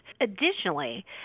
Additionally